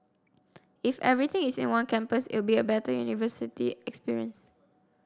if everything is in one campus it'll be a better university experience